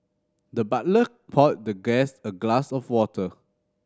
the butler poured the guest a glass of water